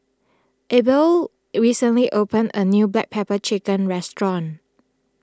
Abel recently opened a new Black Pepper Chicken restaurant